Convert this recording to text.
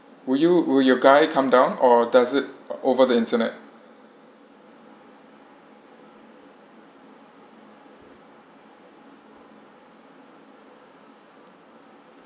would you would your guy come down or does it over the internet